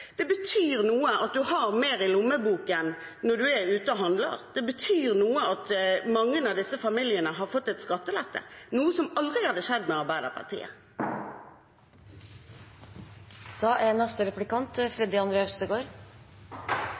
det betyr noe når man har med seg lommeboken og er ute og handler. Det betyr noe at mange av disse familiene har fått skattelette, noe som aldri hadde skjedd med Arbeiderpartiet. Det er